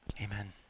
Amen